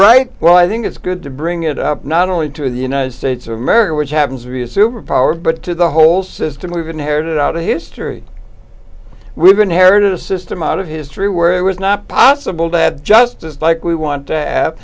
right well i think it's good to bring it up not only to the united states of america which happens to be a superpower but to the whole system we've inherited out of history we've been herod a system out of history where it was not possible bad just just like we want t